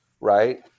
right